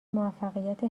موفقیت